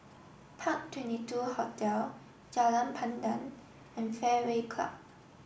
park Twenty Two Hotel Jalan Pandan and Fairway Club